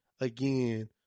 again